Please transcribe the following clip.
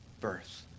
birth